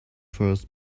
first